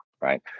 right